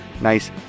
nice